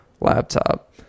laptop